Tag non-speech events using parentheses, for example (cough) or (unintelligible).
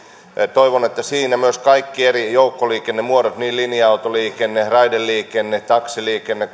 toivon että siinä myös kaikki eri joukkoliikennemuodot niin linja autoliikenne raideliikenne taksiliikenne (unintelligible)